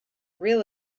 real